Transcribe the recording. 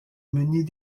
mener